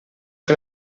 que